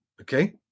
Okay